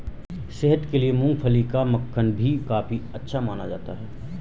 सेहत के लिए मूँगफली का मक्खन भी काफी अच्छा माना जाता है